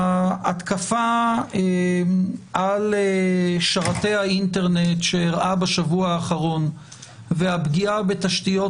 ההתקפה על שרתי האינטרנט שאירעה בשבוע האחרון והפגיעה בתשתיות